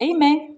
Amen